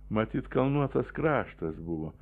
matyt kalnuotas kraštas buvo